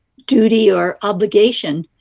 duty or obligation,